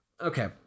Okay